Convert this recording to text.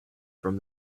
from